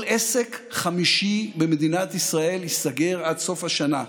כל עסק חמישי במדינת ישראל ייסגר עד סוף השנה.